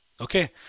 Okay